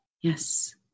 Yes